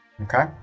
Okay